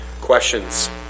questions